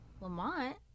Lamont